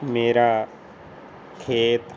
ਮੇਰਾ ਖੇਤ